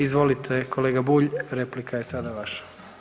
Izvolite kolega Bulj, replika je sada vaša.